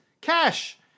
Cash